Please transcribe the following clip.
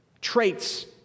traits